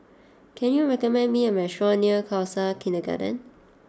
can you recommend me a restaurant near Khalsa Kindergarten